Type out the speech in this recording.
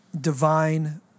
divine